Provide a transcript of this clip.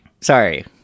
Sorry